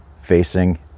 facing